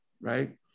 right